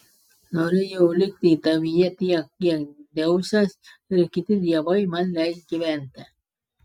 norėjau likti tavyje tiek kiek dzeusas ir kiti dievai man leis gyventi